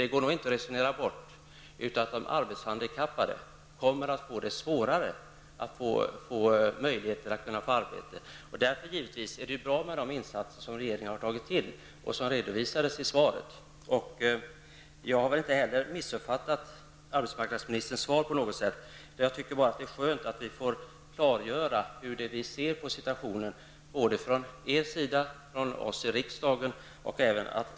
Det går inte att resonera bort att de arbetshandikappade kommer att få det svårare att få arbete. Därför är det givetvis bra med de insatser som regeringen har vidtagit och som redovisats i arbetsmarknadsministerns svar. Jag har inte missuppfattat arbetsmarknadsministerns svar på något sätt, utan jag tycker att det är skönt att vi kan klargöra hur vi ser på situationen från regeringens sida och från oss i riksdagen.